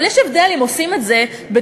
אבל יש הבדל אם עושים את זה בתוכנית